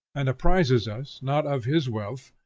and apprises us not of his wealth,